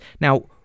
now